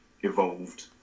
evolved